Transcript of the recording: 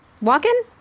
walking